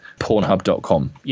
Pornhub.com